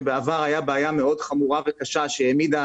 שבעבר היתה בעיה מאוד חמורה וקשה שהעמידה